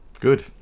good